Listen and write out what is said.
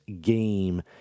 game